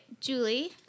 Julie